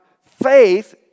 faith